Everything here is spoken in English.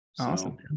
Awesome